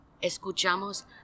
escuchamos